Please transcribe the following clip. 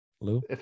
Lou